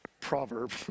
proverb